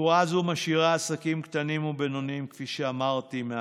צורה זו משאירה עסקים קטנים ובינוניים מאחור,